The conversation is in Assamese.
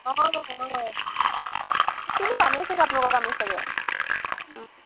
অঁ অঁ অঁ চিনি পামেই চাগে আপোনালোকক আমি চাগে